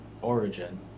Origin